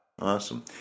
Awesome